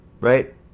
Right